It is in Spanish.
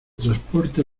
transporte